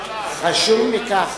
חשוב מכך,